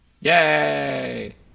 Yay